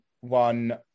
one